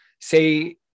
say